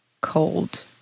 cold